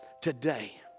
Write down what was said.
today